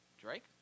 Drake